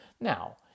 Now